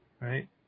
Right